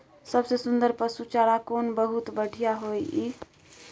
सबसे सुन्दर पसु चारा कोन बहुत बढियां होय इ?